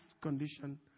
condition